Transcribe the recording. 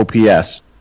OPS